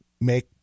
make